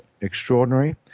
extraordinary